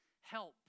Help